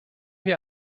wir